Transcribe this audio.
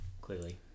clearly